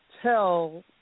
tell